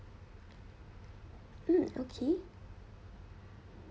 mm okay